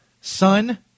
Son